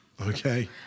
Okay